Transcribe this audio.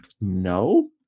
No